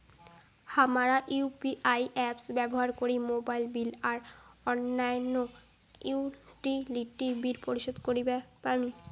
হামরা UPI apps ব্যবহার করি মোবাইল বিল আর অইন্যান্য ইউটিলিটি বিল পরিশোধ করিবা পারি